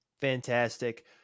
Fantastic